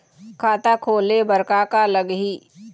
खाता खोले बर का का लगही?